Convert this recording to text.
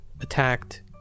attacked